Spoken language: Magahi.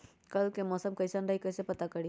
कल के मौसम कैसन रही कई से पता करी?